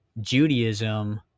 Judaism